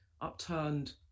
upturned